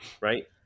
right